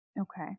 okay